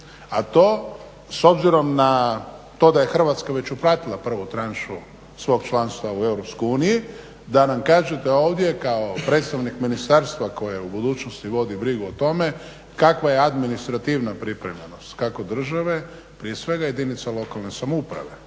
a to s obzirom na to da je Hrvatska već uplatila prvu tranšu svog članstva u EU, da nam kažete ovdje kao predstavnik ministarstva koje u budućnosti vodi brigu o tome kakva je administrativna pripremljenost kako države prije svega jedinica lokalne samouprave.